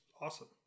awesome